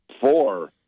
four